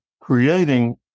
creating